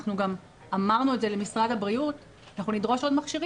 אנחנו גם אמרנו את זה למשרד הבריאות שאנחנו נדרוש עוד מכשירים.